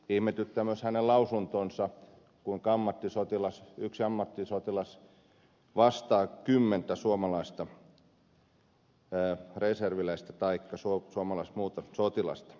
ihmetyttää myös hänen lausuntonsa kuinka yksi ammattisotilas vastaa kymmentä suomalaista reserviläistä taikka muuta suomalaista sotilasta